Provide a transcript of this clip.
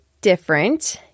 different